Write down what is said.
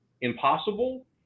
impossible